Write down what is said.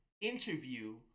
interview